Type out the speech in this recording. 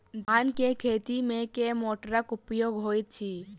धान केँ खेती मे केँ मोटरक प्रयोग होइत अछि?